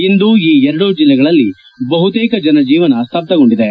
ಇಂದು ಈ ಎರಡು ಜಿಲ್ಲೆಗಳಲ್ಲಿ ಬಹುತೇಕ ಜನಜೀವನ ಸ್ತಬ್ಬಗೊಂಡಿದೆ